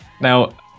Now